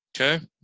Okay